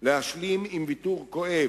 להשלים עם ויתור כואב,